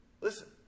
Listen